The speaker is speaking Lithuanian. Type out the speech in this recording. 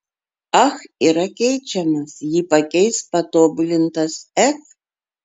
ach yra keičiamas jį pakeis patobulintas ech